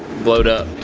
blowed up?